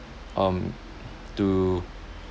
um to